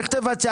איך תבצע?